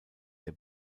der